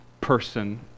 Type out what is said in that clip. person